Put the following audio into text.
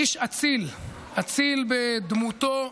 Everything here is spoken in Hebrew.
איש אציל, אציל בדמותו,